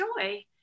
joy